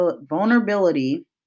vulnerability